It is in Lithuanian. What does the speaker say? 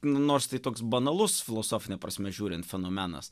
nors tai toks banalus filosofine prasme žiūrint fenomenas